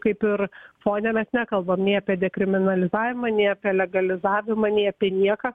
kaip ir fone mes nekalbam nei apie dekriminalizavimą nei apie legalizavimą nei apie nieką